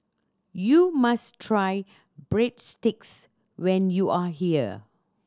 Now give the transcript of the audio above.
you must try Breadsticks when you are here